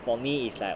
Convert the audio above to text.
for me is like